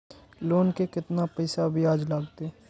Loan के केतना पैसा ब्याज लागते?